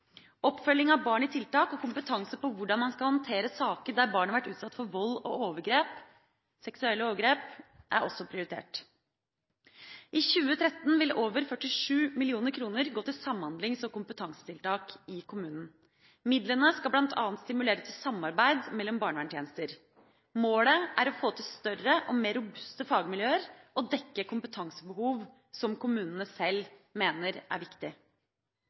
Oppfølging av barn i tiltak og kompetanse på hvordan man skal håndtere saker der barn har vært utsatt for vold og seksuelle overgrep, er også prioritert. I 2013 vil over 47 mill. kr gå til samhandlings- og kompetansetiltak i kommunene. Midlene skal bl.a. stimulere til samarbeid mellom barneverntjenester. Målet er å få til større og mer robuste fagmiljøer og dekke kompetansebehov som kommunene selv mener er viktig.